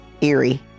eerie